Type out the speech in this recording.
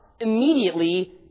immediately